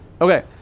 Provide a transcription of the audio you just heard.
Okay